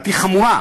לדעתי חמורה,